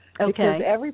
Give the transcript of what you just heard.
Okay